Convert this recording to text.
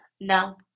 no